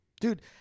Dude